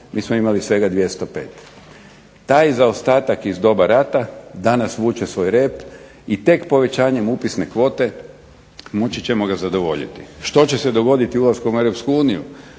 mi smo imali svega 205. Taj zaostatak iz doba rata danas vuče svoj rep i tek povećanjem upisne kvote moći ćemo ga zadovoljiti. Što će se dogoditi ulaskom u europsku uniju